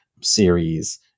series